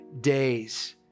days